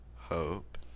Hope